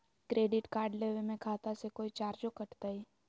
Credit card लेवे में खाता से कोई चार्जो कटतई?